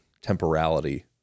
temporality